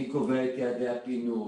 מי קובע את יעדי הפינוי,